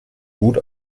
gut